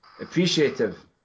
appreciative